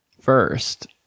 First